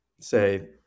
say